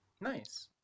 Nice